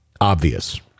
obvious